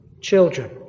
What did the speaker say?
Children